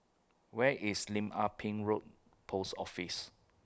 Where IS Lim Ah Pin Road Post Office